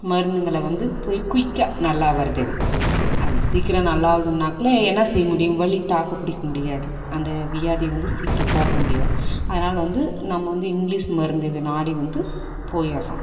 மருந்துங்களை வந்து போய் குயிக்கா நல்லா ஆகுறதுக்கு அது சீக்கரம் நல்லா ஆகுதுனாக்ல என்ன செய்ய முடியும் வலி தாக்குப் பிடிக்க முடியாது அந்த வியாதி வந்து சீக்கிரம் போக்க முடியாது அதனால் வந்து நம்ம வந்து இங்கிலிஷ் மருந்துங்கள் நாடி வந்து போகிறோம்